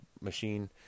machine